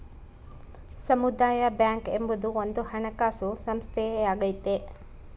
ಸಮುದಾಯ ಬ್ಯಾಂಕ್ ಎಂಬುದು ಒಂದು ಹಣಕಾಸು ಸಂಸ್ಥೆಯಾಗೈತೆ